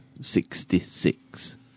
sixty-six